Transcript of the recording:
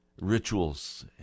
Rituals